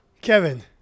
Kevin